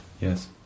Yes